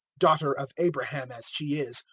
daughter of abraham as she is,